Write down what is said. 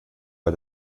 bei